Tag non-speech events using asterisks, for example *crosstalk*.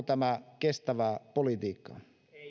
*unintelligible* tämä kestävää politiikkaa